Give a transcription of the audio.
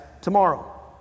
tomorrow